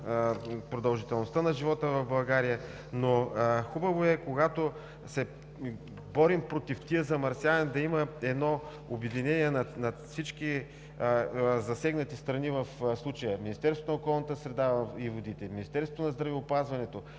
продължителността на живота в България, но хубаво е, когато се борим против тези замърсявания, да има едно обединение на всички засегнати страни. В случая – Министерството на околната среда и водите, Министерството на здравеопазването,